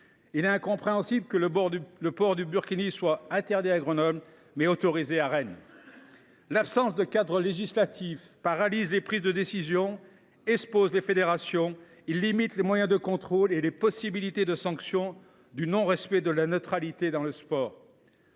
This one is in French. il est incompréhensible que le port du burkini soit interdit à Grenoble, mais autorisé à Rennes. L’absence de cadre législatif paralyse la prise de décision, expose les fédérations et limite les moyens de contrôle et les possibilités de sanction du non respect de la neutralité dans le sport.